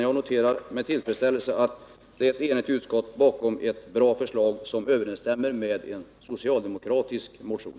Jag noterar med tillfredsställelse att ett enigt utskott står bakom ett bra förslag som överensstämmer med en socialdemokratisk motion.